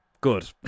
good